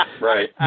right